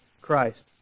Christ